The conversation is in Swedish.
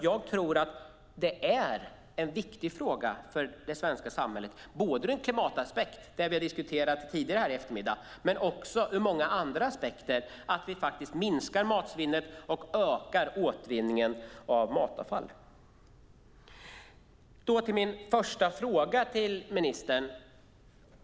Jag tror att det här är en viktig fråga för det svenska samhället, både ur en klimataspekt, som vi har diskuterat tidigare i eftermiddag, och ur många andra aspekter, att vi minskar matsvinnet och ökar återvinningen av matavfall. Jag återkommer till min första fråga till ministern.